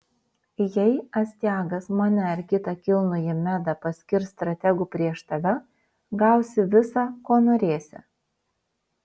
jei astiagas mane ar kitą kilnųjį medą paskirs strategu prieš tave gausi visa ko norėsi